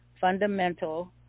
fundamental